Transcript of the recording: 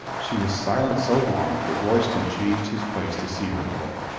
she was silent so long that royston changed his place to see her full.